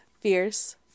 fierce